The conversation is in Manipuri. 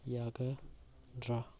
ꯌꯥꯒꯗ꯭ꯔꯥ